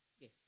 Yes